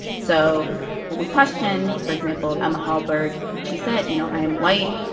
so when we questioned, for example, emma hallberg, she said, you know, i am white.